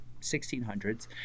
1600s